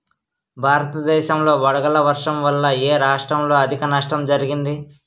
భారతదేశం లో వడగళ్ల వర్షం వల్ల ఎ రాష్ట్రంలో అధిక నష్టం జరిగింది?